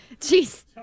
Jeez